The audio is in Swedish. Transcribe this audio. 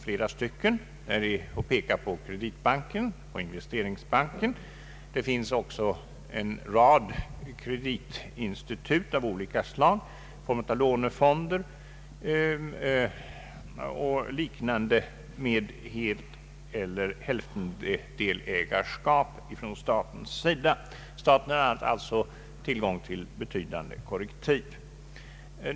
Jag kan peka på Kreditbanken och Investeringsbanken. Det finns också en rad kreditinstitut av olika slag i form av lånefonder och liknande med statligt delägarskap helt eller till hälften. Staten har alltså tillgång till betydande korrektiv.